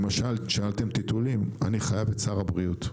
למשל, שאלתם על חיתולים אני חייב את שר הבריאות.